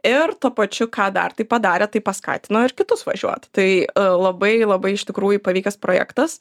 ir tuo pačiu ką dar tai padarė tai paskatino ir kitus važiuot tai labai labai iš tikrųjų pavykęs projektas